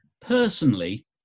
Personally